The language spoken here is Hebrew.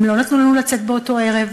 הם לא נתנו לנו לצאת באותו ערב,